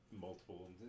multiple